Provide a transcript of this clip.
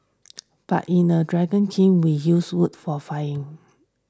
but in a dragon kiln we use wood for firing